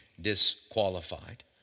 disqualified